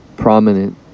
Prominent